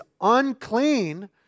unclean